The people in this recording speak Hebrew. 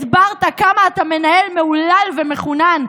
הסברת כמה אתה מנהל מהולל ומחונן,